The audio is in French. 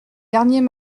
derniers